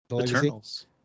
Eternals